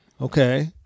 Okay